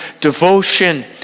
devotion